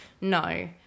no